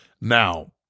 Now